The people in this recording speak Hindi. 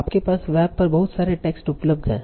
आपके पास वेब पर बहुत सारे टेक्स्ट उपलब्ध हैं